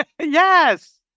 Yes